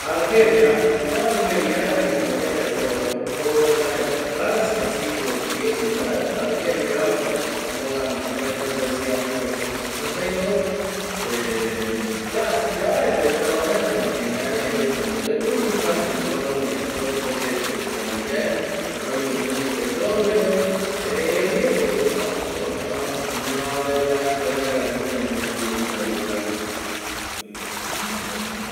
Argelia ko jae omocoloniza jae Francia siglo diecinueve pe Argelia omogana indepemdencia milnovecientos sesenta y dos ˂hesitation˃ yavaete oñoraro reta erei ko oiko como republica oime y korepoti ikavi yae oime gunoi petroleo.